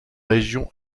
région